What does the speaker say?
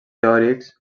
teòrics